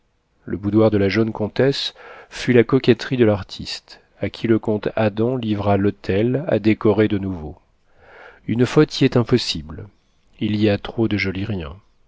le boudoir de la jeune comtesse fut la coquetterie de l'artiste à qui le comte adam livra l'hôtel à décorer de nouveau une faute y est impossible il y a trop de jolis riens